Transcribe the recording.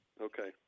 okay